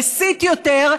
מסית יותר,